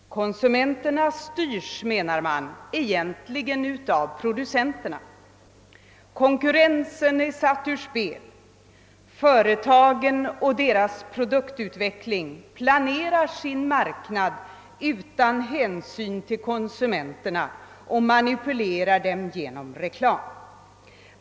Konsumenterna styres egentligen av producenterna, menar man. Konkurrensen är satt ur spel. Företagen och deras produktutveckling planerar sin marknad utan hänsyn till konsumenterna och manipulerar dem genom reklam.